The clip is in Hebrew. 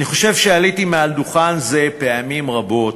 אני חושב שעליתי לדוכן זה פעמים רבות